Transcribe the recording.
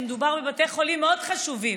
כי מדובר בבתי חולים מאוד מאוד חשובים,